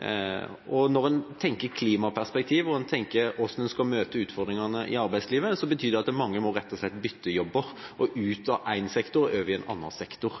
Når en tenker klimaperspektiv og hvordan en skal møte utfordringene i arbeidslivet, betyr det at mange må rett og slett bytte jobb, ut av en sektor og over i en annen sektor.